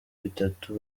itatu